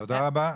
תודה רבה.